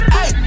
Hey